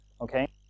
okay